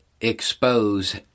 expose